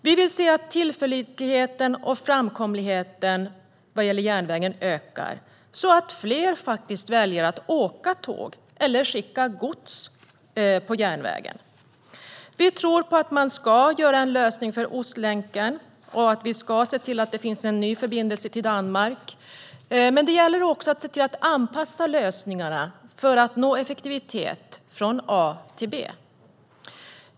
Vi vill se att tillförlitligheten och framkomligheten vad gäller järnvägen ökar så att fler väljer att åka tåg eller skicka gods på järnväg. Vi tror på att man ska göra en lösning för Ostlänken och se till att det finns en ny förbindelse till Danmark, men det gäller att anpassa lösningarna för att nå effektivitet från A till B.